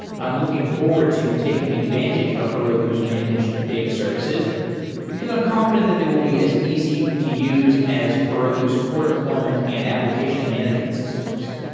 i'm looking forward to taking advantage of heroku's managed data services because i'm confident that they will be as easy to use as heroku's core deployment and application management systems.